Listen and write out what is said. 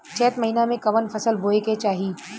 चैत महीना में कवन फशल बोए के चाही?